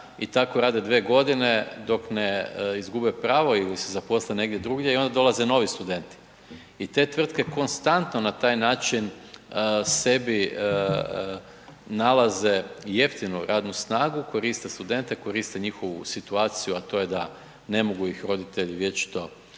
i tako rade dvije godine dok ne izgube pravo ili se zaposle negdje drugdje i onda dolaze novi studenti. I te tvrtke konstantno na taj način sebi nalaze jeftinu radnu snagu, koriste studente, koriste njihovu situaciju, a to je da ne mogu ih roditelji vječito i